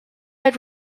had